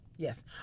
Yes